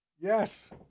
yes